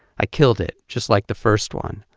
i killed it, just like the first one,